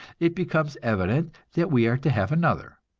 it becomes evident that we are to have another.